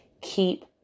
keep